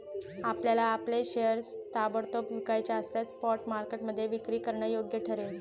आपल्याला आपले शेअर्स ताबडतोब विकायचे असल्यास स्पॉट मार्केटमध्ये विक्री करणं योग्य ठरेल